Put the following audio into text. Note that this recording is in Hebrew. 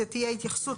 תהיה התייחסות,